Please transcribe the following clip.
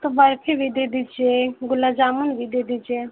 तो बर्फी भी दे दीजिए गुलाब जामुन भी दे दीजिए